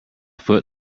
foot